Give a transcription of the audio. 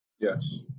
Yes